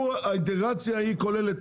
האינטגרציה היא כוללת,